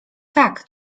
tak